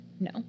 No